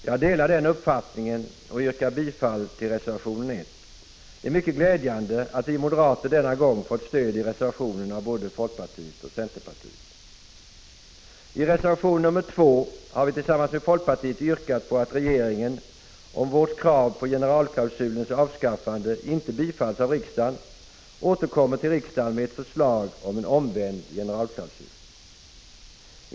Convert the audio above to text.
Jag delar den uppfattningen och yrkar bifall till reservation 1. Det är mycket glädjande att vi moderater denna gång fått stöd i reservationen av både folkpartiet och centerpartiet. I reservation 2 har vi tillsammans med folkpartiet yrkat på att regeringen, om vårt krav på generalklausulens avskaffande inte bifalls av riksdagen, återkommer till riksdagen med ett förslag om en omvänd generalklausul.